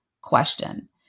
question